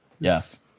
yes